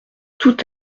tout